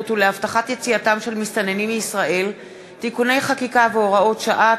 ולהבטחת יציאתם של מסתננים מישראל (תיקוני חקיקה והוראות שעה),